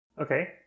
Okay